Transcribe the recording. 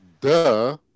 duh